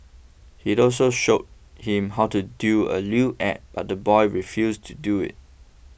he also showed him how to do a lewd act but the boy refused to do it